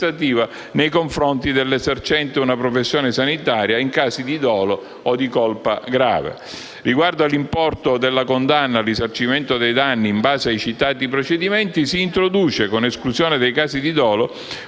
Riguardo all'importo della condanna al risarcimento dei danni in base ai citati procedimenti, si introduce (con esclusione dei casi di dolo)